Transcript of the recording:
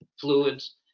fluids